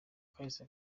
kahise